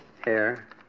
Hair